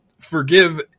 forgive